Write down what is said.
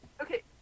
Okay